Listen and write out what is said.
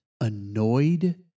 annoyed